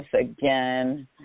again